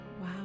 Wow